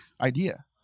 idea